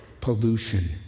pollution